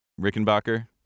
Rickenbacker